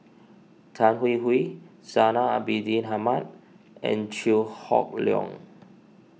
Tan Hwee Hwee Zainal Abidin Ahmad and Chew Hock Leong